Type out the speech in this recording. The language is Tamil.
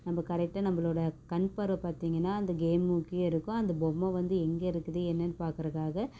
நம்ம கரெக்டாக நம்மளோட கண் பார்வை பார்த்தீங்கன்னா அந்த கேம் நோக்கியே இருக்கும் அந்த பொம்மை வந்து எங்கே இருக்குது என்னென்ன பார்க்குறக்காக